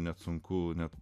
net sunku net